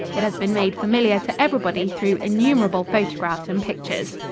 it has been made familiar to everybody through innumerable photographs and pictures.